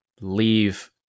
leave